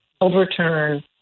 overturn